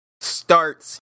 starts